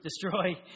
destroy